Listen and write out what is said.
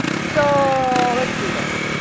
so let's do this.